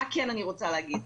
מה כן אני רוצה להגיד?